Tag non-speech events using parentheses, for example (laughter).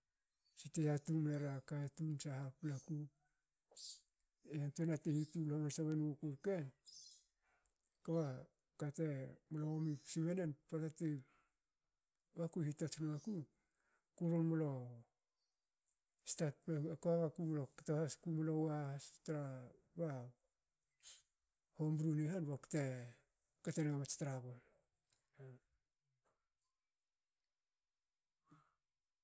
Tsi te yatung mera katun tsaha paplaku. e yantuena te hitul hamansa won guku rke. kba kate mlo omi kusmenen. pota ti ba ku hitots noku. ku ron mlo (unintelligible) kto has kumlo mlo kto has kumlo wa has tra ba hombru ni han bakte katenig mats trabol